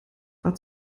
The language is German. war